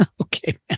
Okay